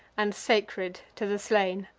and sacred to the slain.